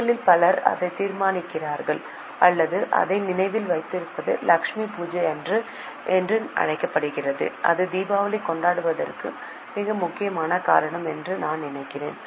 உங்களில் பலர் அதை தீர்மானித்திருக்கிறார்கள் அல்லது அதை நினைவில் வைத்திருப்பது லட்சுமி பூஜை என்று அழைக்கப்படுகிறது அது தீபாவளி கொண்டாடப்படுவதற்கு மிக முக்கியமான காரணம் என்று நான் நினைக்கிறேன்